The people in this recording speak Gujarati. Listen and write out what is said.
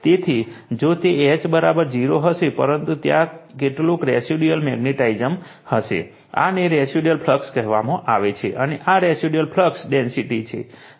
તેથી જો કે H 0 હશે પરંતુ ત્યાં કેટલુક રેસિડયુઅલ મૅગ્નેટાઝમ હશે આને રેસિડ્યુઅલ ફ્લક્સ કહેવામાં આવે છે અને આ રેસિડ્યુઅલ ફ્લક્સ ડેન્સિટી છે